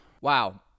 Wow